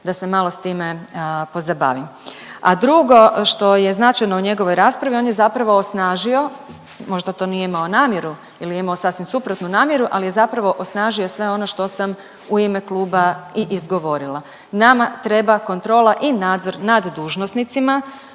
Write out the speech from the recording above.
da se malo s time pozabavim. A drugo što je značajno u njegovoj raspravi on je zapravo osnažio, možda to nije imao namjeru ili je imao sasvim suprotnu namjeru ali je zapravo osnažio sve ono što sam u ime kluba i izgovorila. Nama treba kontrola i nadzor nad dužnosnicima